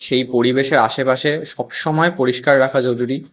সেই পরিবেশের আশেপাশে সব সময় পরিষ্কার রাখা জরুরি